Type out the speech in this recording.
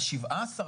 ה-17%,